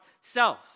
self